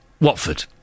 Watford